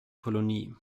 kolonie